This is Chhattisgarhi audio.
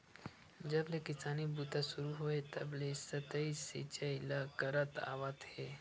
जब ले किसानी बूता सुरू होए हे तब ले सतही सिचई ल करत आवत हे